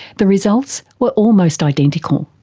the results were almost identical.